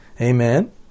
Amen